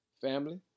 Family